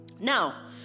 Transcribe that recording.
Now